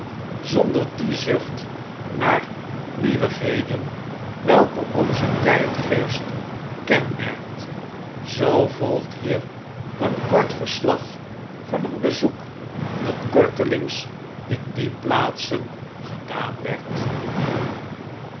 zonder die zucht naarnieuwigheden welke onzen tgdgeest kenmerkt zoo volgt hier een kort verslag van een bezoek dat kortelings in die plaatsen gedaan werd